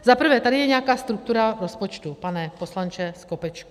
Za prvé, tady je nějaká struktura rozpočtu, pane poslanče Skopečku.